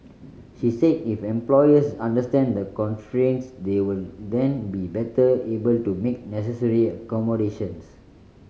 she said if employers understand the constraints they will then be better able to make necessary accommodations